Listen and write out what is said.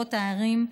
בכיכרות הערים,